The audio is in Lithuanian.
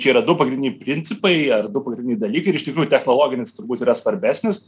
čia yra du pagrindiniai principai ar du pagrindiniai dalykai ir iš tikrųjų technologinis turbūt yra svarbesnis